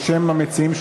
בשם המציעים,